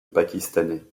pakistanais